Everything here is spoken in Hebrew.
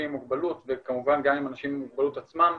עם מוגבלות וכמובן גם עם אנשים עם מוגבלות עצמם,